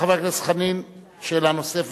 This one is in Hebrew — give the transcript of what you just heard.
חבר הכנסת חנין, שאלה נוספת.